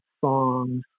songs